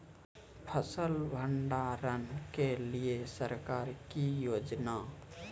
फसल भंडारण के लिए सरकार की योजना?